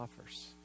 offers